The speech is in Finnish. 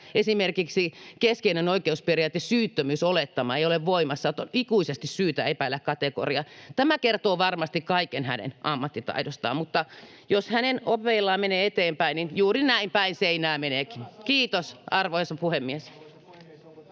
esimerkiksi keskeinen oikeusperiaate, syyttömyysolettama, ei ole voimassa, että on ikuisesti syytä epäillä ‑kategoria. Tämä kertoo varmasti kaiken hänen ammattitaidostaan. Mutta jos hänen opeillaan menee eteenpäin, niin juuri näin päin seinää meneekin [Hussein